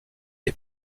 les